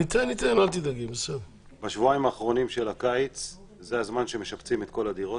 זה הזמן שמשפצים את כל הדירות,